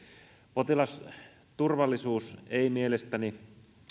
potilasturvallisuus ei mielestäni